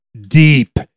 deep